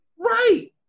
Right